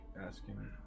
asking